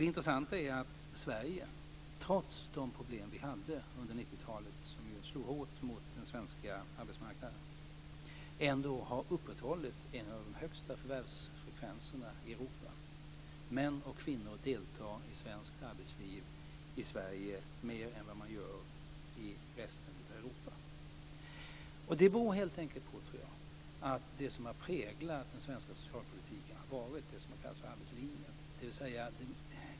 Det intressanta är att Sverige trots de problem vi hade under 90-talet, som ju slog hårt mot den svenska arbetsmarknaden, ändå har upprätthållit en av de högsta förvärvsfrekvenserna i Europa. Män och kvinnor deltar i arbetslivet i Sverige mer än vad man gör i resten av Europa. Det tror jag helt enkelt beror på att det som har präglat den svenska socialpolitiken har varit det som har kallats för arbetslinjen.